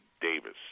Davis